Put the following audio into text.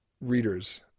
readers